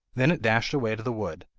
then it dashed away to the wood,